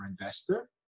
Investor